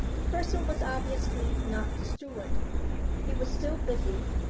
the person was obviously not the steward he was still busy.